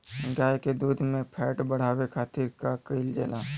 गाय के दूध में फैट बढ़ावे खातिर का कइल जाला?